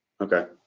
Okay